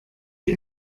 die